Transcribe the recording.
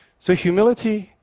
so humility,